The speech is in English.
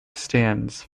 stands